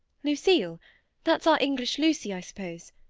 lucille that's our english lucy, i suppose?